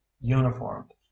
uniformed